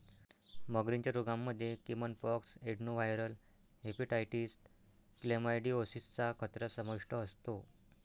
मगरींच्या रोगांमध्ये caiman pox, adenoviral hepatitis, chlamydiosis चा खतरा समाविष्ट असतो